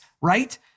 right